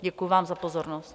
Děkuju vám za pozornost.